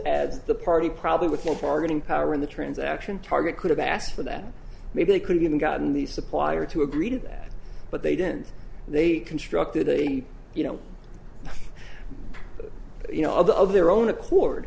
as the party probably with help are getting power in the transaction target could have asked for that maybe they could have gotten these supplier to agree to that but they didn't they constructed a you know you know of the of their own accord